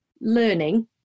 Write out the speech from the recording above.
learning